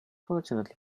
fortunately